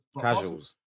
casuals